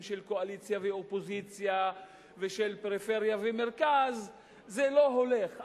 של קואליציה ואופוזיציה ושל פריפריה ומרכז זה לא הולך,